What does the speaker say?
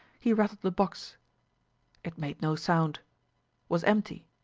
he rattled the box it made no sound was empty.